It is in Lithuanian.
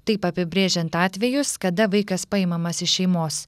taip apibrėžiant atvejus kada vaikas paimamas iš šeimos